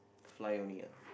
fly only ah